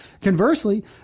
Conversely